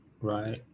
right